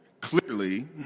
clearly